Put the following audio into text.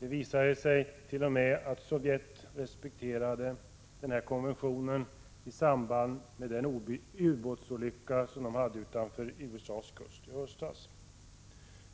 Det visade sig att t.o.m. Sovjet respekterade denna konvention i samband med ubåtsolyckan utanför USA:s kust i höstas.